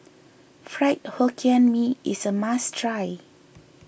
Fried Hokkien Mee is a must try